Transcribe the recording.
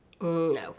No